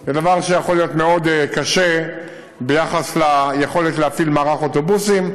זה דבר שיכול להיות קשה מאוד ביחס ליכולת להפעיל מערך אוטובוסים.